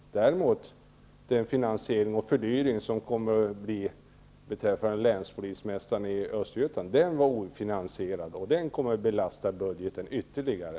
Däremot var den beslutade placeringen av länspolismästaren i Östergötland ofinansierad. Den fördyringen kommer att belasta budgeten ytterligare.